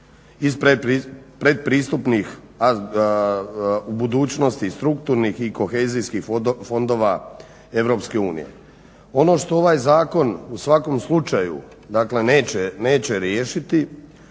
iz pretpristupnih, a u budućnosti strukturnih i kohezijskih fondova Europske unije. Ono što ovaj zakon u svakom slučaju dakle neće riješiti